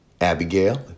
Abigail